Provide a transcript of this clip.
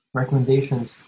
recommendations